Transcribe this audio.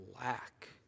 lack